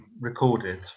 recorded